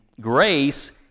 grace